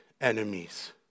enemies